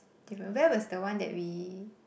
where was the one that we